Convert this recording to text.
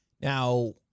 Now